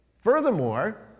Furthermore